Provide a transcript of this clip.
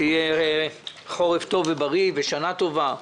שיהיה חורף טוב ובריא ושנה טובה,